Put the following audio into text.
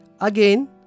again